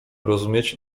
rozumieć